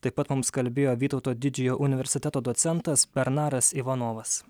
taip pat mums kalbėjo vytauto didžiojo universiteto docentas bernaras ivanovas